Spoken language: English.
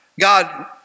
God